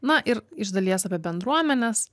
na ir iš dalies apie bendruomenes